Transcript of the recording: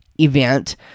event